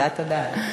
תודה תודה.